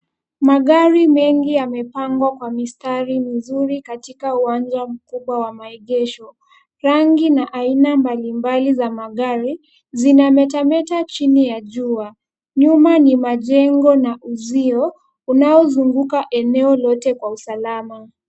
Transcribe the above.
Magari mengi yamepangwa kwa mistari mizuri katika uwanja mkubwa wa maegesho. Rangi na aina mbalimbali za magari zinametemeta chini ya jua. Nyuma ni majengo na uzio unaozunguka eneo lote kwa usalama.